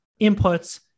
inputs